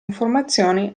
informazioni